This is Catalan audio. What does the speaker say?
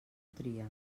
tria